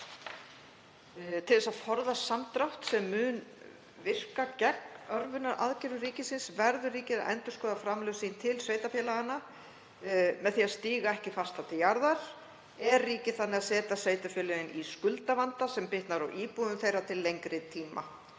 þess að forðast samdrátt sem mun virka gegn örvunaraðgerðum ríkisins verður ríkið að endurskoða framlög sín til sveitarfélaganna. Með því að stíga ekki fastar til jarðar er ríkið þannig að setja sveitarfélögin í skuldavanda sem bitnar á íbúum þeirra til lengri tíma.